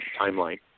timeline